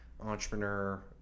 entrepreneur